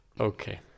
Okay